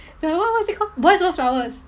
the other one what is it called boys over flowers